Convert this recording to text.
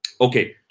Okay